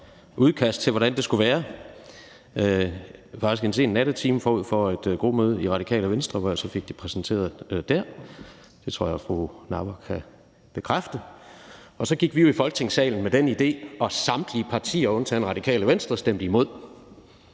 udkast til, hvordan det skulle være, faktisk en sen nattetime forud for et gruppemøde i Radikale Venstre, hvor jeg så fik det præsenteret der. Det tror jeg fru Samira Nawa kan bekræfte. Og så gik vi jo i Folketingssalen med den idé, og samtlige partier undtagen Radikale Venstre stemte imod.